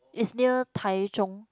it's near Tai-Zhong